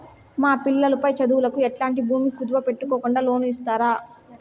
మా పిల్లలు పై చదువులకు ఎట్లాంటి భూమి కుదువు పెట్టుకోకుండా లోను ఇస్తారా